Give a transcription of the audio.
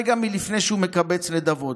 רגע לפני שהוא מקבץ נדבות,